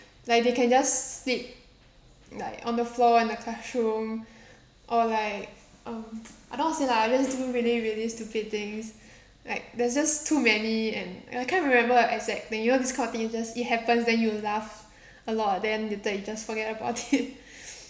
like they can just slip like on the floor in the classroom or like um I don't know how to say lah just do really really stupid things like there's just too many and and I can't remember exact thing you know this kind of thing it just it happens then you laugh a lot then later you just forget about it